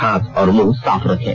हाथ और मुंह साफ रखें